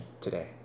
today